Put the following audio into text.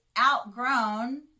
outgrown